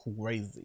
crazy